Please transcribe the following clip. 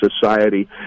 society